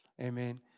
Amen